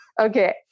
Okay